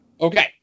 Okay